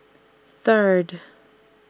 Third